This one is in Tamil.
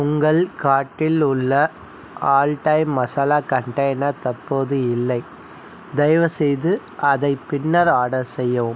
உங்கள் கார்ட்டில் உள்ள ஆல்டைம் மசாலா கண்டெய்னர் தற்போது இல்லை தயவுசெய்து அதை பின்னர் ஆர்டர் செய்யவும்